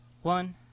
One